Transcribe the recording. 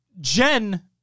Jen